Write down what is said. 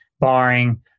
barring